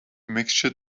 mixture